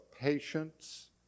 patience